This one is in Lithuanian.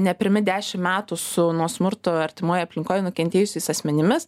ne pirmi dešim metų su nuo smurto artimoj aplinkoj nukentėjusiais asmenimis